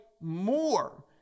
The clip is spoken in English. more